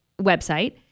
website